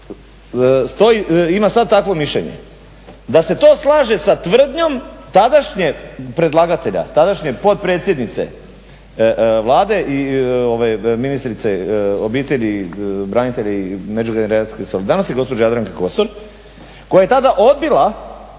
ima sad takvo mišljenje da se to slaže sa tvrdnjom tadašnjeg predlagatelja, tadašnje potpredsjednice Vlade i ministrice obitelji, branitelja i međugeneracijske solidarnosti gospođe Jadranke Kosor koja je tada odbila